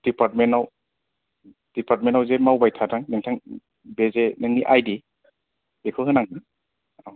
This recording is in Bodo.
डिपार्टमेन्टआव डिपार्टमेन्टयावजे मावबाय थादों नोंथां बे जे नोंनि आई डि बेखौ होनांगोन